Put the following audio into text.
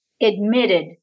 admitted